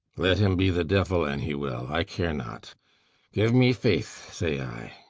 let him be the devil, and he will, i care not give me faith, say i.